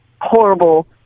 horrible